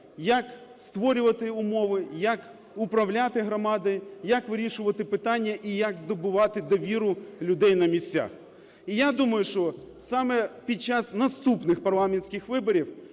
як створювати умови, як управляти громадою, як вирішувати питання і як здобувати довіру людей на місцях. І я думаю, що саме під час наступних парламентських виборів